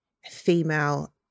female